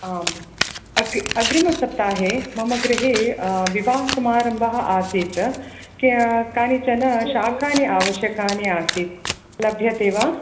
आम् अग्रिमसप्ताहे मम गृहे विवाहसमारम्भः आसीत् कानिचन शाकानि आवश्यकानि आसीत् लभ्यते वा